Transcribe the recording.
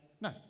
No